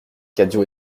cadio